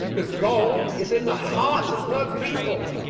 the gold is in the heart of her people.